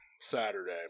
Saturday